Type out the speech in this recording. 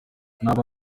ntabwo